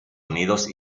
unidos